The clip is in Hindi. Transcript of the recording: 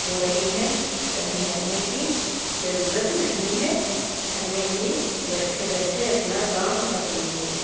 हो रही है कहीं जाने की ज़रूरत नहीं है घर में ही बैठे बैठे अपना काम कर लीजिए